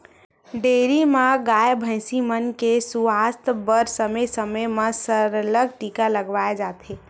dairy म गाय, भइसी मन के सुवास्थ बर समे समे म सरलग टीका लगवाए जाथे